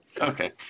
Okay